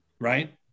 Right